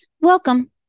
welcome